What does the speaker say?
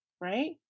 right